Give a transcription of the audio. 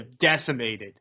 decimated